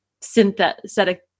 synthetic